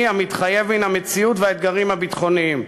המתחייב מן המציאות והאתגרים הביטחוניים.